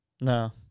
No